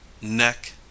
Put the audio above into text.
neck